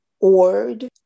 word